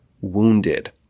wounded